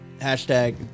Hashtag